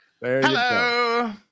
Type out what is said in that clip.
Hello